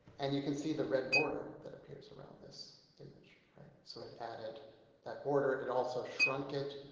and you can see the red border that appears around this image. so it added that border, it also shrunk it,